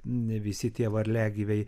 visi tie varliagyviai